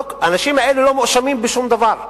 האנשים האלה לא מואשמים בשום דבר,